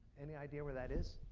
any idea where that is?